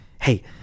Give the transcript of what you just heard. hey